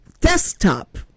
Desktop